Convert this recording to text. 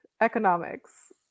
economics